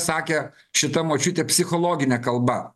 sakė šita močiutė psichologine kalba